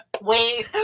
wait